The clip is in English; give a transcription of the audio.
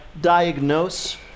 diagnose